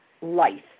life